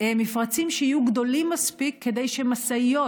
מפרצים שיהיו גדולים מספיק כדי שמשאיות